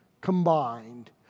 combined